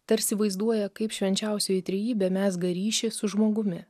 tarsi vaizduoja kaip švenčiausioji trejybė mezga ryšį su žmogumi